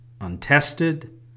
untested